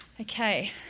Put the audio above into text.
Okay